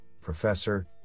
Professor